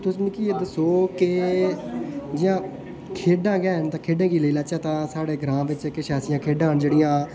ते तुस मिगी एह् दस्सो के जियां खेढ़ा गै न खेढे गी लेई लेचे ता साढ़ै ग्रां बिच किश ऐसियां खेढ़ा न जेह्ड़ियां